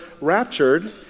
raptured